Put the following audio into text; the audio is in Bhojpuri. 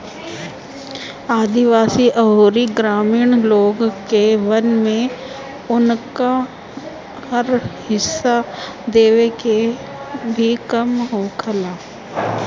आदिवासी अउरी ग्रामीण लोग के वन में उनकर हिस्सा देवे के भी काम होखेला